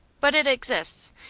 but it exists,